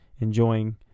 enjoying